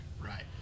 Right